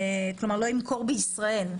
כלומר, לא ימכור בישראל.